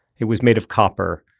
it was made of copper,